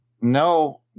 No